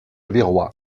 virois